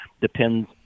depends